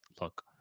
look